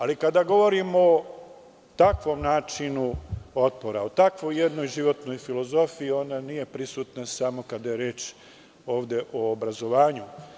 Ali, kada govorimo o takvom načinu otpora, o takvoj jednoj životnoj filozofiji, ona nije samo prisutna kada je reč o obrazovanju.